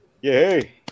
Yay